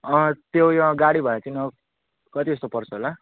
अँ त्यो उयो गाडी भाडा चाहिँ कति जस्तो पर्छ होला